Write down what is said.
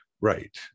right